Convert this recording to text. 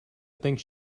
think